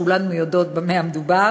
כולנו יודעות במה המדובר,